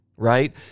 Right